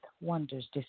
wonders